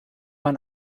man